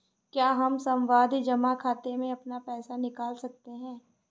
क्या हम सावधि जमा खाते से अपना पैसा निकाल सकते हैं?